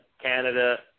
Canada